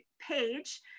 page